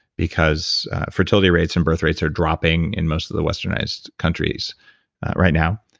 because fertility rates and birth rates are dropping in most of the westernized countries right now.